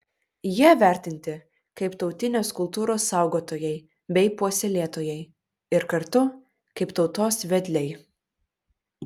jie vertinti kaip tautinės kultūros saugotojai bei puoselėtojai ir kartu kaip tautos vedliai